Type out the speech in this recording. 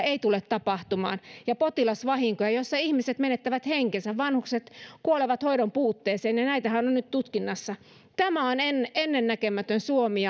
ei tule tapahtumaan tällaisia laiminlyöntejä ja potilasvahinkoja joissa ihmiset menettävät henkensä vanhukset kuolevat hoidon puutteeseen ja näitähän on on nyt tutkinnassa tämä on ennennäkemätön suomi